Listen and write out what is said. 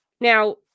Now